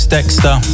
Dexter